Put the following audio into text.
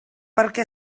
perquè